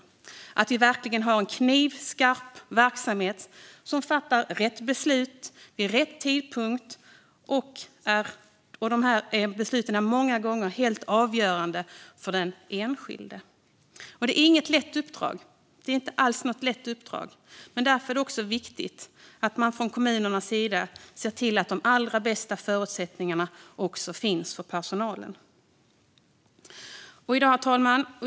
Det gäller att vi verkligen har en knivskarp verksamhet som fattar rätt beslut vid rätt tidpunkt. Dessa beslut är många gånger helt avgörande för den enskilde. Det är inte alls något lätt uppdrag, och därför är det viktigt att man från kommunernas sida ser till att de allra bästa förutsättningarna finns för personalen. Herr talman!